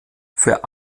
für